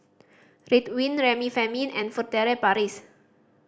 Ridwind Remifemin and Furtere Paris